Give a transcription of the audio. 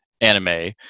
anime